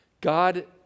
god